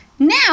Now